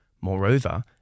Moreover